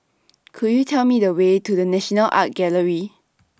Could YOU Tell Me The Way to The National Art Gallery